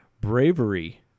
bravery